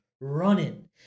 running